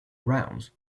round